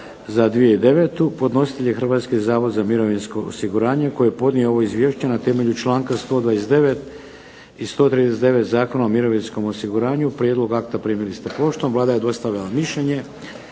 za 2009. godinu Podnositelj je Hrvatski zavod za mirovinsko osiguranje koji je podnio ovo izvješće na temelju članka 129. i 139. Zakona o mirovinskom osiguranju. Prijedlog akta primili ste poštom. Vlada je dostavila mišljenje.